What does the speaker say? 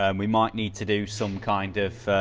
um we might need to do some kind of